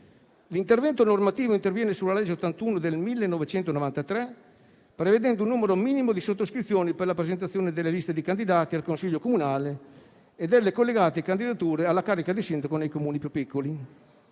L'intervento normativo interviene sulla legge n. 81 del 1993, prevedendo un numero minimo di sottoscrizioni per la presentazione delle liste di candidati al Consiglio comunale e delle collegate candidature alla carica di sindaco nei Comuni più piccoli.